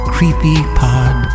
CreepyPod